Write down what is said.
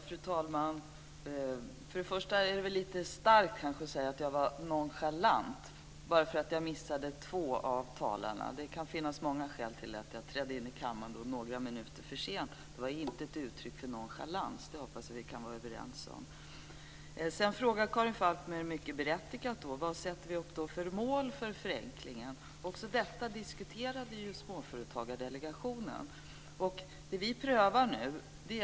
Fru talman! Det är kanske lite starkt att säga att jag var nonchalant bara för att jag missade två av talarna. Det kan finnas många skäl till att jag trädde in i kammaren några minuter för sent. Det var inte ett uttryck för nonchalans. Det hoppas jag att vi kan vara överens om. Sedan frågade Karin Falkmer mycket berättigat vad vi sätter upp för mål för förenklingen. Småföretagsdelegationen diskuterade också detta.